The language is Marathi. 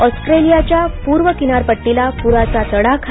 ऑस्ट्रेलियाच्या पूर्व किनारपट्टीला पूराचा तडाखा